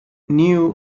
knew